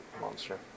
monster